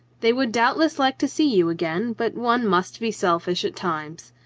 they would doubtless like to see you again, but one must be selfish at times.